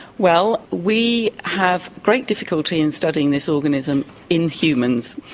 well, we have great difficulty in studying this organism in humans,